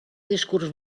discurs